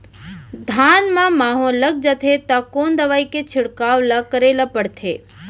धान म माहो लग जाथे त कोन दवई के छिड़काव ल करे ल पड़थे?